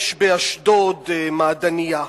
יש באשדוד מעדנייה,